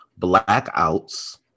blackouts